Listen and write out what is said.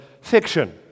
fiction